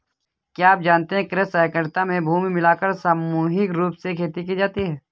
क्या आप जानते है कृषि सहकारिता में भूमि मिलाकर सामूहिक रूप से खेती की जाती है?